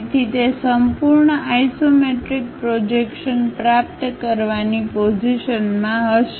તેથી તે સંપૂર્ણ આઇસોમેટ્રિક પ્રોજેક્શન પ્રાપ્ત કરવાની પોઝિશનમાં હશે